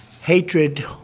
Hatred